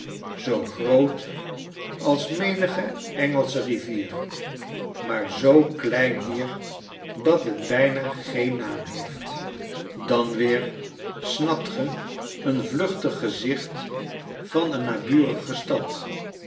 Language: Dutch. zoogrootalsmenigeengelscherivier maar zoo klein hier dat het bijna geen naam heeft dan weer snapt ge eon vluchtig gezicht van een